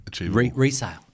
resale